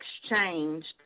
exchanged